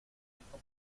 esta